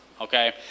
okay